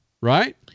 right